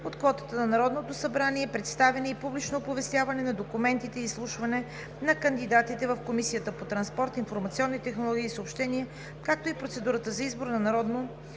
от квотата на Народното събрание, представяне и публично оповестяване на документите и изслушване на кандидатите в Комисията по транспорт, информационни технологии и съобщения, както и процедурата за избор от Народното